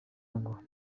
ngo